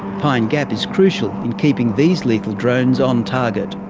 pine gap is crucial in keeping these lethal drones on target.